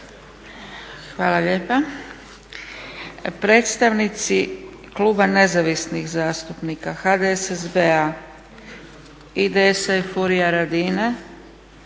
Hvala lijepa. Predstavnici kluba nezavisnih zastupnika HDSSB-a, IDS-a i Furia Radina,